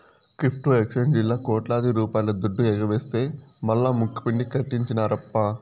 crypto ఎక్సేంజీల్లా కోట్లాది రూపాయల దుడ్డు ఎగవేస్తె మల్లా ముక్కుపిండి కట్టించినార్ప